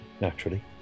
naturally